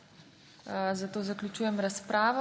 Zato zaključujem razpravo.